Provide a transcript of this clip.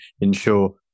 ensure